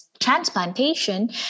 transplantation